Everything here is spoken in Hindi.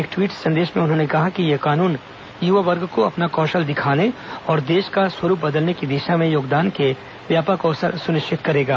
एक टवीट संदेश में उन्होंने कहा कि यह कानून युवा वर्ग को अपना कौशल दिखाने और देश का स्वरूप बदलने की दिशा में योगदान के व्यापक अवसर सुनिश्चित करेगा